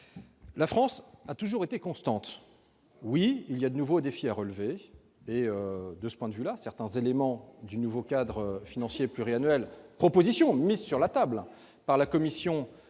la France a toujours été constante : oui, il y a de nouveaux défis à relever et, de ce point de vue, certains éléments du nouveau cadre financier pluriannuel- propositions mises sur la table par la Commission -peuvent